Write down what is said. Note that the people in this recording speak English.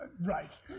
Right